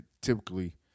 typically